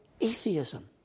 atheism